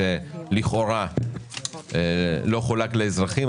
שלכאורה לא חולק לאזרחים.